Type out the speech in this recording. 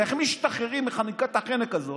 איך משתחררים מחניקת החנק הזאת,